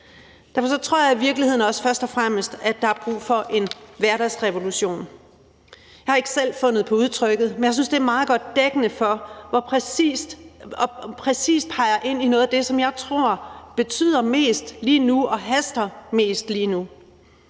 Derfor tror jeg i virkeligheden først og fremmest, at der er brug for en hverdagsrevolution. Jeg har ikke selv fundet på udtrykket, men jeg synes, det er meget godt dækkende for, hvor præcist det peger ind i noget af det, som jeg tror betyder mest lige nu og haster mest lige nu.